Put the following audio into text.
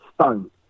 stone